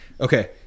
Okay